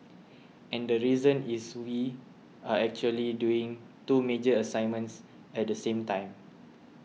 and the reason is we are actually doing two major assignments at the same time